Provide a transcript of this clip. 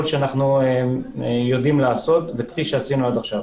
שאנחנו יודעים לעשות וכפי שעשינו עד עכשיו.